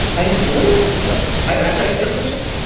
i enjoyed myself i think.